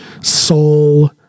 soul